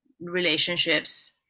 relationships